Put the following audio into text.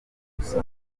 busa